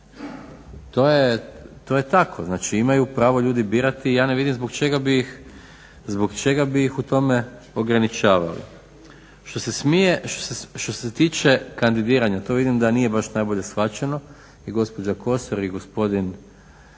To je tako. Znači, imaju pravo ljudi birati i ja ne vidim zbog čega bi ih u tome ograničavali. Što se tiče kandidiranja to vidim da nije baš najbolje shvaćeno, gospođa Kosor i gospodin iz